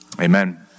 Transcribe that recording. amen